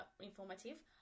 Informative